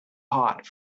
hot